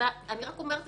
אני רק אומרת